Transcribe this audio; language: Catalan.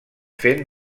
fent